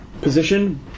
position